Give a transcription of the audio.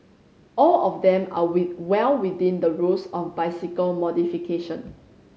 all of them are well within the rules of bicycle modification